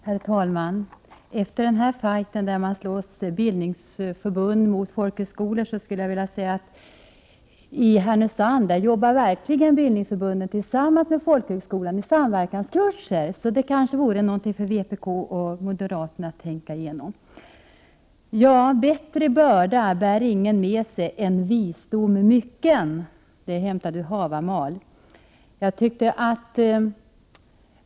Herr talman! Efter denna fajt mellan bildningsförbunden och folkhögskolan skulle jag vilja säga att i Härnösand arbetar verkligen bildningsförbunden tillsammans med folkhögskolan i samverkanskurser. Det kanske vore något för vpk och moderaterna att tänka igenom. Bättre börda bär ingen med sig än visdom mycken. Citatet är hämtat ur Havamal.